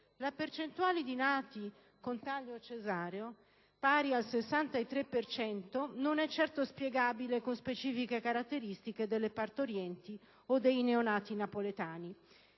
La percentuale di nati con taglio cesareo, pari al 63 per cento, non è certo spiegabile con specifiche caratteristiche delle partorienti o dei neonati napoletani.